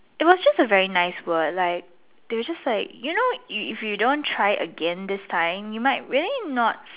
it was just a very nice word like they were just like you know if if you don't try again this time you might really not